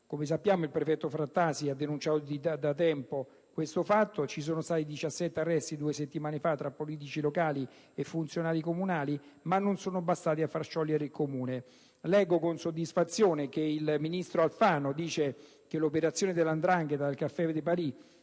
e istituzioni. Il prefetto Frattasi ha denunciato da tempo questo fatto; i 17 arresti di due settimane fa tra politici locali e funzionari comunali non sono bastati a far sciogliere il Comune. Leggo con soddisfazione che il ministro Alfano dice che l'operazione della 'ndrangheta al «Café de Paris»